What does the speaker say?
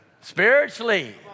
Spiritually